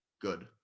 Good